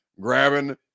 grabbing